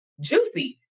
juicy